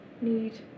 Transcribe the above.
need